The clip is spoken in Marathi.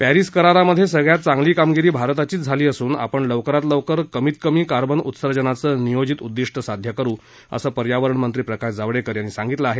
पॅरिस करारामध्ये सगळ्यात चांगली कामगिरी भारताचीच झाली असून आपण लवकरात लवकर कमीत कमी कार्बन उत्सर्जनाचं नियोजित उद्दिष्टं साध्य करू असं पर्यावरण मंत्री प्रकाश जावडेकर यांनी सांगितलं आहे